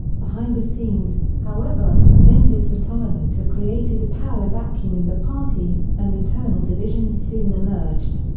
behind the scenes, however, menzies' retirement had created a power vacuum in the party, and internal divisions soon emerged.